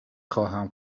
خواهم